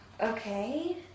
Okay